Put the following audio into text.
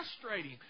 frustrating